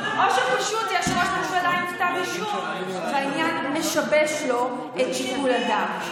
או שפשוט יש ראש ממשלה עם כתב אישום והעניין משבש לו את שיקול הדעת.